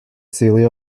celia